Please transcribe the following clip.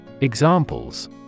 Examples